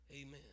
Amen